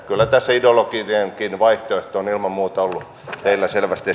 kyllä tässä ideologinenkin vaihtoehto on ilman muuta ollut teillä selvästi